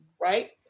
right